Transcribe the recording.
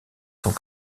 sont